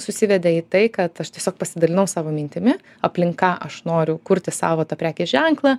susivedė į tai kad aš tiesiog pasidalinau savo mintimi aplinka aš noriu kurti savo tą prekės ženklą